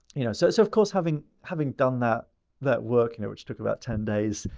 you know. so so of course, having having done that that work you know which took about ten days,